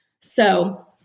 So-